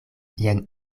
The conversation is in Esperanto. jen